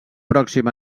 pròxim